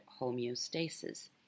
homeostasis